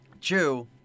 Chew